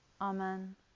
Amen